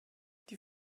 die